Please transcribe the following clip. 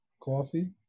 Coffee